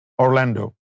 Orlando